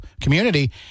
community